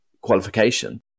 qualification